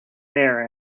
there